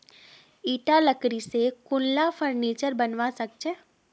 ईटा लकड़ी स कुनला फर्नीचर बनवा सख छ